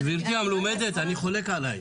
גברתי המלומדת, אני חולק עלייך.